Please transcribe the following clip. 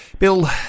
Bill